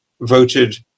voted